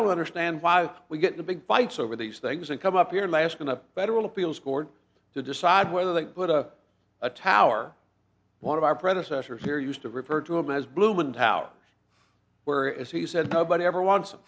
don't understand why we get the big fights over these things and come up here in my asking a federal appeals court to decide whether to put a tower one of our predecessors here used to refer to him as blum and how or where is he said nobody ever wants